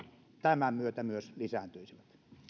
tämän myötä myös lisääntyisivät